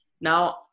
Now